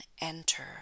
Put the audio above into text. enter